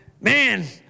man